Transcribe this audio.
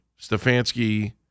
Stefanski